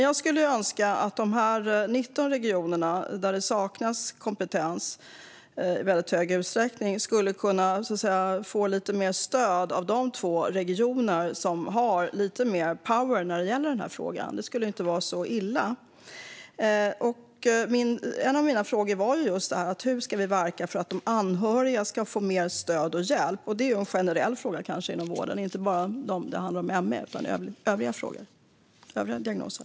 Jag skulle önska att de 19 regioner där det i stor utsträckning saknas kompetens kunde få lite mer stöd av de 2 regioner som har lite mer power i den här frågan. Det skulle inte vara så illa. En av mina frågor var just hur vi ska verka för att de anhöriga ska få mer stöd och hjälp. Det är kanske en generell fråga inom vården, inte bara när det gäller ME utan också när det gäller övriga diagnoser.